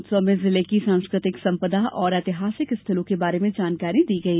उत्सव में जिले की सांस्कृतिक संपदा और ऐतिहासिक स्थलों के बारे में जानकारी दी गई